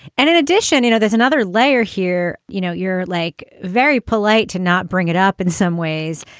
and in addition you know, there's another layer here. you know, you're like very polite to not bring it up in some ways,